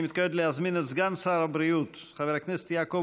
אני מתכבד להזמין את סגן שר הבריאות חבר הכנסת יעקב